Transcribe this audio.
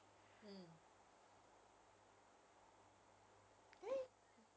so after your exam ah your result will be out in